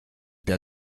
der